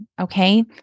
Okay